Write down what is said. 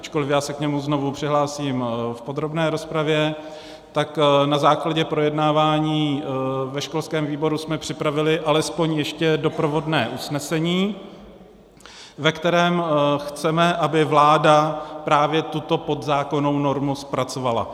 Ačkoliv já se k němu znovu přihlásím v podrobné rozpravě, tak na základě projednávání ve školském výboru jsme připravili alespoň ještě doprovodné usnesení, ve kterém chceme, aby vláda právě tuto podzákonnou normu zpracovala.